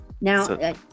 now